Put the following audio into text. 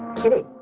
kitty.